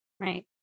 Right